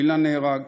אילן נהרג,